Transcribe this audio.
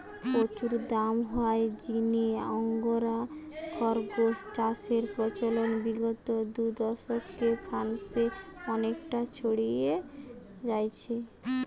প্রচুর দাম হওয়ার জিনে আঙ্গোরা খরগোস চাষের প্রচলন বিগত দুদশকে ফ্রান্সে অনেকটা ছড়ি যাইচে